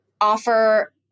offer